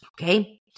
Okay